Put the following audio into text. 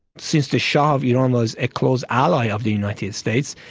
since the shah of iran was a close ally of the united states,